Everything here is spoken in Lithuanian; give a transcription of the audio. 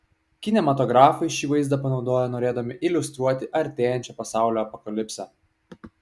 kinematografai šį vaizdą panaudojo norėdami iliustruoti artėjančią pasaulio apokalipsę